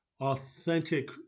authentic